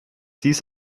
dies